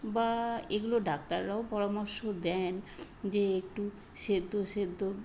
বা এগুলো ডাক্তাররাও পরামর্শ দেন যে একটু সেদ্ধ সেদ্ধ